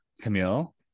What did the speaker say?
Camille